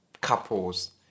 couples